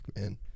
man